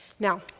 Now